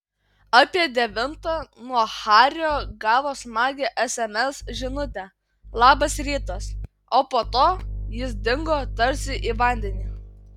apie devintą nuo hario gavo smagią sms žinutę labas rytas o po to jis dingo tarsi į vandenį